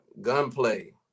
Gunplay